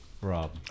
Rob